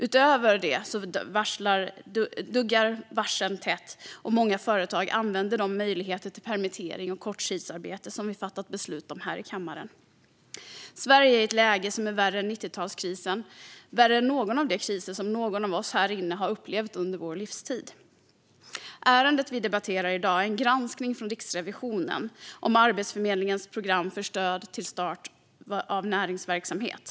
Utöver detta duggar varslen tätt, och många företag använder de möjligheter till permittering och korttidsarbete som vi fattat beslut om här i kammaren. Sverige är i ett läge som är värre än 90-talskrisen och värre än någon av de kriser som någon av oss här inne har upplevt under vår livstid. Ärendet vi debatterar i dag är en granskning från Riksrevisionen av Arbetsförmedlingens program för stöd till start av näringsverksamhet.